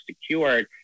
secured